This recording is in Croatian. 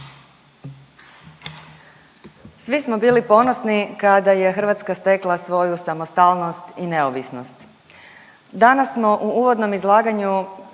Svi smo bili ponosni kada je Hrvatska stekla svoju samostalnost i neovisnost. Danas smo u uvodnom izlaganju